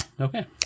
okay